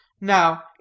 Now